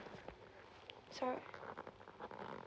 sorry